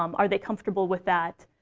um are they comfortable with that?